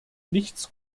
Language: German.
nichts